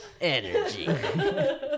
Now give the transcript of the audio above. energy